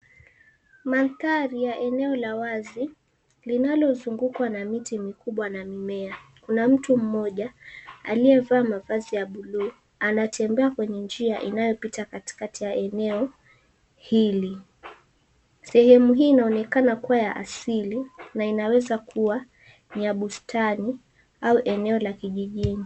Mandhari ya eneo la wazi linalozungukwa na miti mikubwa na mimea. Kuna mtu mmoja aliyevaa mavazi ya buluu. Anatembea kwenye njia inayopita katikati ya eneo hili. Sehemu hii inaonekana kuwa ya asili na inaweza kuwa ni ya bustani au eneo la kijijini.